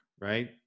right